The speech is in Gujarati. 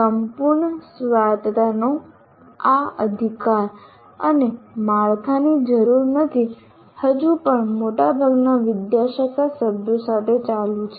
સંપૂર્ણ સ્વાયત્તતાનો આ અધિકાર અને માળખાની જરૂર નથી હજુ પણ મોટાભાગના વિદ્યાશાખાસભ્યો સાથે ચાલુ છે